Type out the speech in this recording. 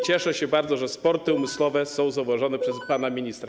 Cieszę się bardzo, że sporty umysłowe są zauważone przez pana ministra.